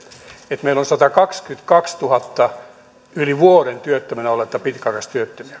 että meillä on satakaksikymmentäkaksituhatta yli vuoden työttömänä ollutta pitkäaikaistyötöntä